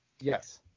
Yes